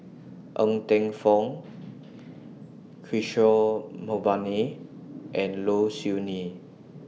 Ng Teng Fong Kishore Mahbubani and Low Siew Nghee